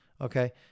Okay